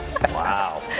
Wow